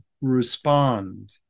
respond